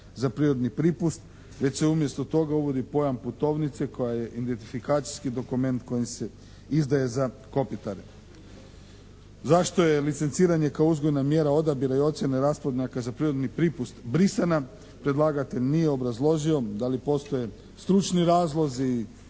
za prirodni pripust već se umjesto toga uvodi pojam putovnice koja je identifikacijski dokument koji se izdaje za kopitare. Zašto je licenciranje kao uzgojna mjera odabira i ocjene rasplodnjaka za prirodni pripust brisana predlagatelj nije obrazložio da li postoje stručni razlozi